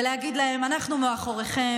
ולהגיד להן: אנחנו מאחוריכן,